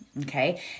okay